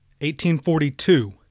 1842